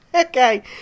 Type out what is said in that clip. Okay